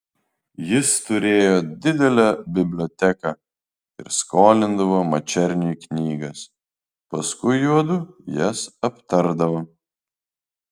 jis turėjo didelę biblioteką ir skolindavo mačerniui knygas paskui juodu jas aptardavo